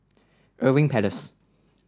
Irving Place